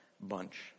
bunch